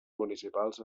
municipals